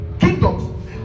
kingdoms